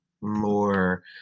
more